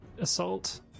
assault